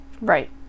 Right